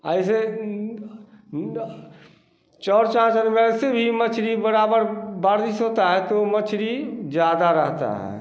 ऐसे चौर चाचर में ऐसे भी मछली बराबर बारिश होती है तो मछली ज़्यादा रहती है